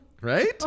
Right